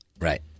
Right